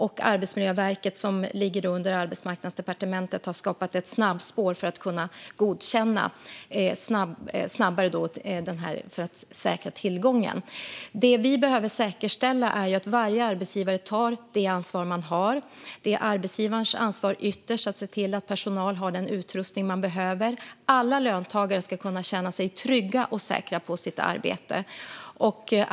Och Arbetsmiljöverket, som lyder under Arbetsmarknadsdepartementet, har skapat ett snabbspår för godkännande för att säkra tillgången. Det vi behöver säkerställa är att varje arbetsgivare tar det ansvar man har. Det är ytterst arbetsgivarens ansvar att se till att personal har den utrustning de behöver. Alla löntagare ska kunna känna sig trygga och säkra på sitt arbete.